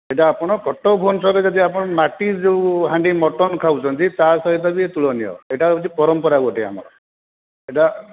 ଏଇଟା ଆପଣ କଟକ ଭୁବନେଶ୍ୱରରେ ଯଦି ଆପଣ ମାଟି ଯେଉଁ ହାଣ୍ଡି ମଟନ୍ ଖାଉଛନ୍ତି ତା ସହିତ ବି ଇଏ ତୁଳନୀୟ ଏଇଟା ହେଉଛି ପରମ୍ପରା ଗୋଟେ ଆମର ଏଇଟା